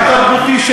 התרבותי,